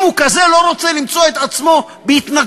אם הוא כזה לא רוצה למצוא את עצמו בהתנגשות.